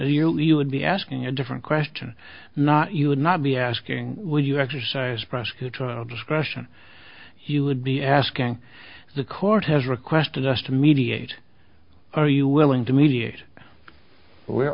you you would be asking a different question not you would not be asking would you exercise prosecutorial discretion you would be asking the court has requested us to mediate are you willing to mediate we